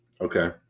Okay